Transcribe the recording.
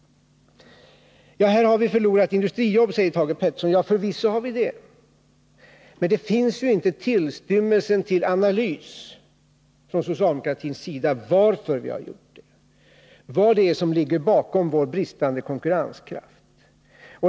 Vi har förlorat industrijobb, säger Thage Peterson. Förvisso har vi det! Men det finns ju från socialdemokratins sida inte tillstymmelse till analys av varför vi gjort det, av vad det är som ligger bakom vår bristande konkurrenskraft.